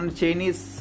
Chinese